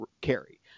carry